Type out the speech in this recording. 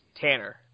Tanner